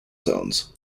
zones